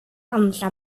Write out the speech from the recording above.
andra